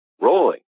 rolling